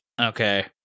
Okay